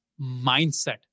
mindset